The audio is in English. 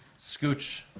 Scooch